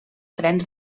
trens